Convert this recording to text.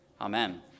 Amen